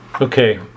Okay